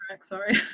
Sorry